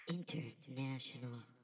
International